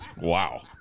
Wow